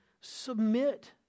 submit